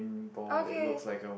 okay